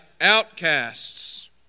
outcasts